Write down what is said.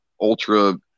ultra